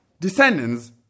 descendants